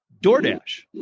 DoorDash